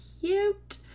cute